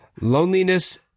Loneliness